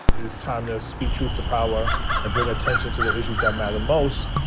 it's time to speak truth to power and bring attention to the issues that matter most.